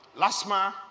Lasma